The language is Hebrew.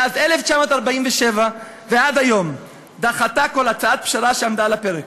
מאז 1947 ועד היום דחתה כל הצעת פשרה שעמדה על הפרק.